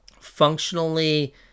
functionally